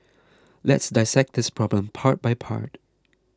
let's dissect this problem part by part